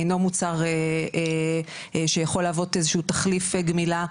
אינו מוצר שיכול להוות איזשהו תחליף גמילה,